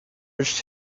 urged